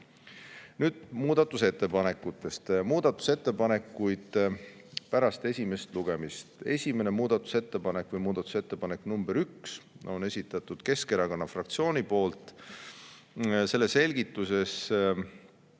Nüüd muudatusettepanekutest. Muudatusettepanekud [tehti] pärast esimest lugemist. Esimene muudatusettepanek või muudatusettepanek nr 1 on esitatud Keskerakonna fraktsiooni poolt. Selle selgituses